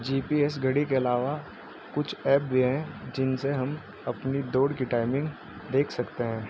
جی P S گھڑی کے علاوہ کچھ ایپ بھی ہیں جن سے ہم اپنی دوڑ کی ٹائمنگ دیکھ سکتے ہیں